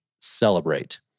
celebrate